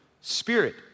spirit